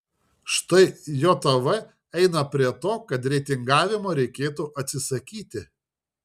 štai jav eina prie to kad reitingavimo reikėtų atsisakyti